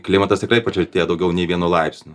klimatas tikrai pašiltėjo daugiau nei vienu laipsniu